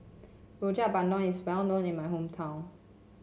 Rojak Bandung is well known in my hometown